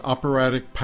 Operatic